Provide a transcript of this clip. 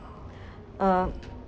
um